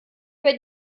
bei